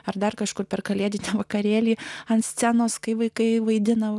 ar dar kažkur per kalėdinį vakarėlį ant scenos kai vaikai vaidina